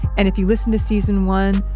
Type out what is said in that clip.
and, if you listen to season one,